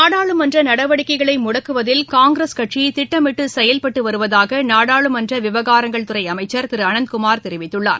நாடாளுமன்ற நடவடிக்கைகளை முடக்குவதில் காங்கிரஸ் கட்சி திட்டமிட்டு செயல்பட்டு வருவதாக நாடாளுமன்ற விவகாரங்கள்துறை அமைச்சர் திரு அனந்த்குமார் தெரிவித்துள்ளார்